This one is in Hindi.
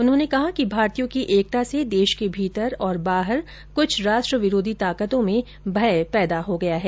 उन्होंने कहा कि भारतीयों की एकता से देश के भीतर और बाहर कुछ राष्ट्र विरोधी ताकतों में भय पैदा हो गया है